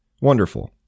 Wonderful